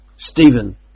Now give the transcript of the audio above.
Stephen